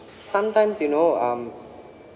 sometimes you know um